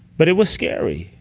but it was scary.